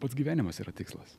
pats gyvenimas yra tikslas